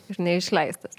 ir neišleistas